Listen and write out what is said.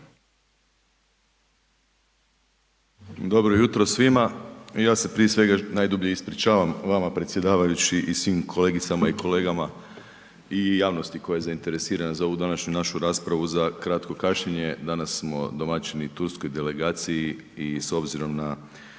Dobro jutro svima. Ja se prije svega najdublje ispričavam vama predsjedavajući i svim kolegicama i kolegama i javnosti koja je zainteresirana za ovu današnju našu raspravu za kratko kašnjenje. Danas smo domaćini Turskoj delegaciji i s obzirom na